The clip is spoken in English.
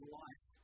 life